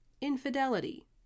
infidelity